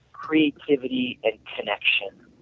creativity, and connection,